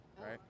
right